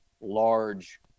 large